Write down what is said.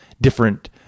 different